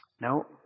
No